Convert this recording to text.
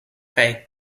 kaj